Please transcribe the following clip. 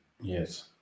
Yes